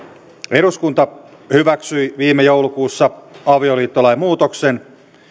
eduskunta hyväksyi viime joulukuussa avioliittolain muutoksen